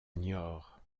niort